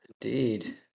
indeed